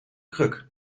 kruk